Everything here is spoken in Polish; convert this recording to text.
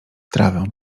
trawę